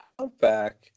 outback